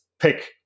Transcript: pick